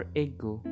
ego